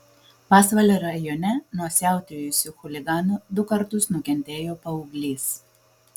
pasvalio rajone nuo siautėjusių chuliganų du kartus nukentėjo paauglys